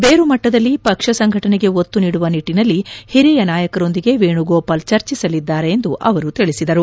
ಬೇರು ಮಟ್ವದಲ್ಲಿ ಪಕ್ಷ ಸಂಘಟನೆಗೆ ಒತ್ತು ನೀಡುವ ನಿಟ್ಟಿನಲ್ಲಿ ಹಿರಿಯ ನಾಯಕರೊಂದಿಗೆ ವೇಣುಗೋಪಾಲ್ ಚರ್ಚಿಸಲಿದ್ದಾರೆ ಎಂದು ಅವರು ತಿಳಿಸಿದರು